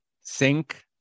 sink